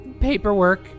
paperwork